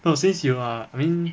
no since you are I mean